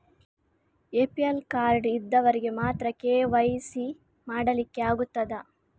APL card ಇದ್ದವರಿಗೆ ಮಾತ್ರ KYC ಮಾಡಲಿಕ್ಕೆ ಆಗುತ್ತದಾ?